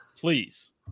please